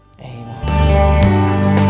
Amen